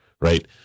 right